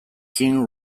kim